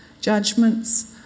judgments